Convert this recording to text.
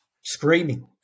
screaming